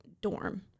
dorm